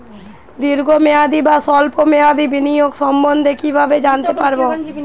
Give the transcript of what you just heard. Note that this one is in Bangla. দীর্ঘ মেয়াদি বা স্বল্প মেয়াদি বিনিয়োগ সম্বন্ধে কীভাবে জানতে পারবো?